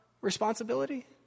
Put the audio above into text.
responsibility